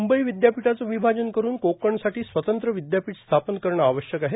म्ंबई विद्यापीठाचे विभाजन करून कोकणासाठी स्वतंत्र विद्यापीठ स्थापन करणे आवश्यक आहे